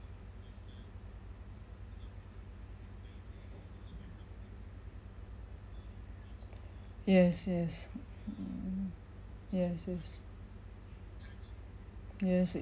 yes yes mm yes yes yes